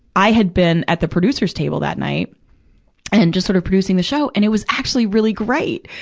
i had been at the producer's table that night and just sort of producing the show. and it was actually really great.